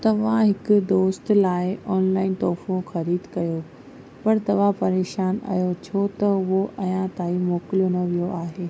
तव्हां हिक दोस्तु लाहे ऑनलाइन तोहफ़ो ख़रीदु कयो पर तव्हां परेशानु आयो छो त उहो अञा ताईं मोकिलियो न वियो आहे